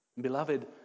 Beloved